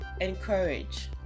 encourage